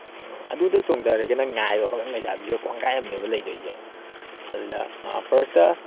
ꯑꯗꯨꯗ ꯆꯣꯡꯊꯔꯒꯦꯅ ꯉꯥꯏꯔꯤꯕ ꯂꯩꯁꯥꯕꯤꯁꯨ ꯀꯣꯡꯒꯥꯏ ꯑꯃꯅꯦꯕ ꯂꯩꯗꯣꯏꯁꯦ ꯑꯗꯨꯗ ꯐꯥꯔꯁꯇ